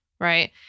Right